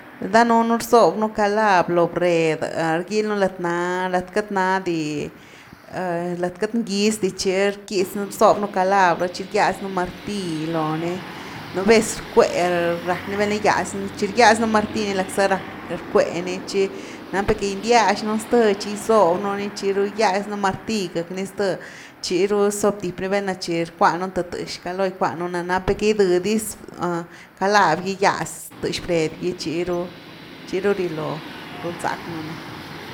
Danuunu rsob nú calav lo bred, rgilnú lat na, lat queity na di, lat queity ngiz dy, tchi rckitznu, rsob nú calav rh’tchi rgyas nú martill lo ni, nú vez rcwe rack ni val’na rguiaznu, tchi rgiaz nú martill lackza rack rcue ni tchi napnu cagindiaxnu ni xth tchi gisob nú ni, tchiru gigyaz un martill gëcky ni zth, tchiru zob tip ni val´na tchi rcuanu ni th thëx val´na caloo ikuanun ni’a nap ni ca gidhë-diz calav gy gyazthëx bred gy tchiru tchiru riloo run zack nú ni.